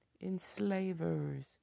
enslavers